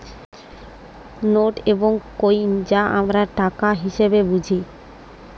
note এবং coin যা আমরা টাকা হিসেবে বুঝি